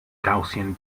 gaussian